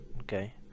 Okay